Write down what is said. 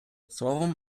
словом